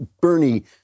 Bernie